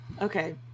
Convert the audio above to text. Okay